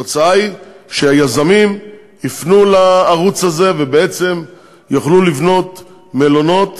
התוצאה היא שהיזמים יפנו לערוץ הזה ויוכלו לבנות מלונות